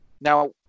Now